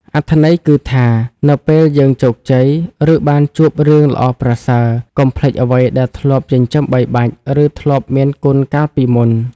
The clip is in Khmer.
អត្ថន័យគឺថា នៅពេលយើងជោគជ័យ ឬបានជួបរឿងល្អប្រសើរ កុំភ្លេចអ្វីដែលធ្លាប់ចិញ្ចឹមបីបាច់ ឬធ្លាប់មានគុណកាលពីមុន។